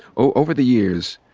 over the years,